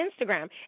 instagram